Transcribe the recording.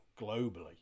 globally